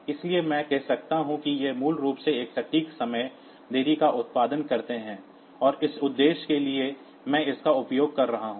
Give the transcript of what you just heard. इसलिए मैं कह सकता हूं कि ये मूल रूप से एक सटीक समय देरी का उत्पादन करते हैं और इस उद्देश्य के लिए मैं इसका उपयोग कर रहा हूं